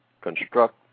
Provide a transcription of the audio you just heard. construct